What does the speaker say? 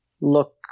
look